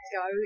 go